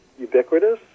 ubiquitous